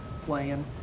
playing